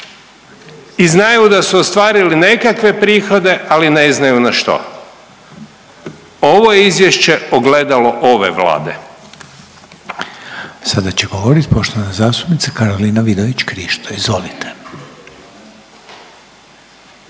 i znaju da su ostvarili nekakve prihode, ali ne znaju na što. Ovo izvješće je ogledalo ove Vlade. **Reiner, Željko (HDZ)** Sada će govorit poštovana zastupnica Karolina Vidović Krišto, izvolite.